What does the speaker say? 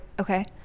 okay